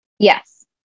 Yes